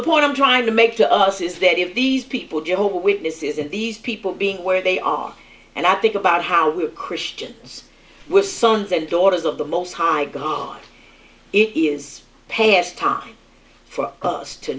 the point i'm trying to make to us is there any of these people joel witnesses and these people being where they are and i think about how we're christians we're sons and daughters of the most high god it is past time for us to